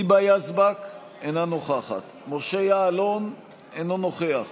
היבה יזבק, אינה נוכחת משה יעלון, אינו נוכח